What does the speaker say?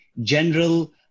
general